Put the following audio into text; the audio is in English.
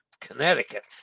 Connecticut